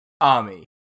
army